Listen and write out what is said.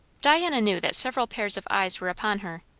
diana knew that several pairs of eyes were upon her.